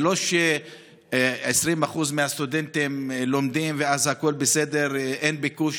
זה לא ש-20% מהסטודנטים לומדים ואז הכול בסדר ואין ביקוש.